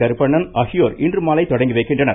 கருப்பண்ணன் ஆகியோர் இன்று மாலை தொடங்கி வைக்கின்றனர்